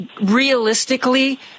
Realistically